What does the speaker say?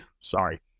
Sorry